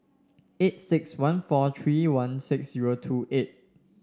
eight six one four three one six zero two eight